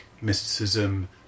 mysticism